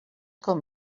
com